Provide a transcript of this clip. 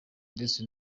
ndetse